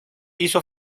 hizo